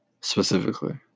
specifically